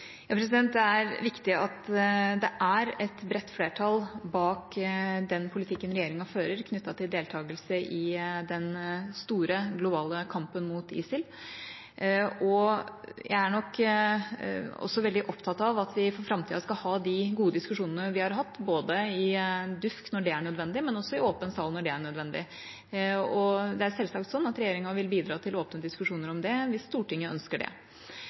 Det er viktig at det er et bredt flertall bak den politikken regjeringa fører knyttet til deltakelse i den store, globale kampen mot ISIL. Jeg er også veldig opptatt av at vi for framtida skal ha de gode diskusjonene vi har hatt – både i DUUFK, når det er nødvendig, og i åpen sal, når det er nødvendig. Det er selvsagt slik at regjeringa vil bidra til åpne diskusjoner om det, hvis Stortinget ønsker det.